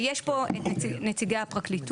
יש פה את נציגי הפרקליטות.